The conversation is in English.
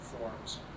forms